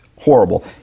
Horrible